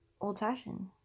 old-fashioned